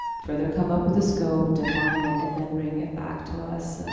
further come up with a scope, define it and then bring it back to us.